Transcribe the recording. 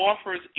offers